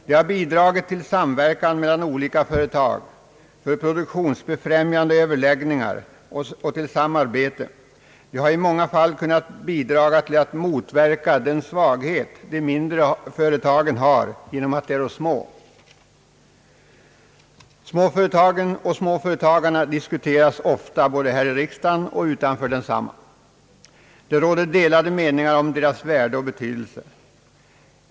De har bidragit till samverkan mellan olika företag för produktionsfrämjande överläggningar och samarbete. De har i många fall kunnat bidra till att motverka den svaghet de mindre företagen har på grund av att de är små. Småföretagen och småföretagarna diskuteras ofta både i och utanför riksdagen. Det råder delade meningar om deras värde och betydelse.